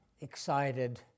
excited